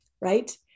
right